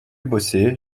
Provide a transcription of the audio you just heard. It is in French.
bosser